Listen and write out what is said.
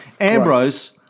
Ambrose